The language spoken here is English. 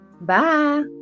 bye